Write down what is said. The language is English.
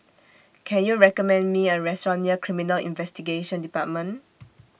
Can YOU recommend Me A Restaurant near Criminal Investigation department